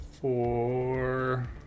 Four